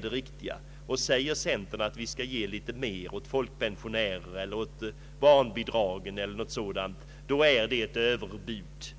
det riktiga, men om centern säger att vi skall ge litet mer åt folkpensionärer, i barnbidrag eller något sådant, då är det överbud?